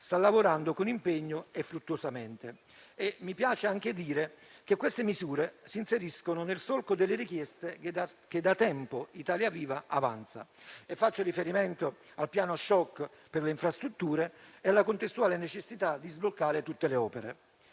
sta lavorando con impegno e fruttuosamente. Mi piace anche dire che queste misure si inseriscono nel solco delle richieste che da tempo Italia Viva avanza. E faccio riferimento al piano *shock* per le infrastrutture e alla contestuale necessità di sbloccare tutte le opere.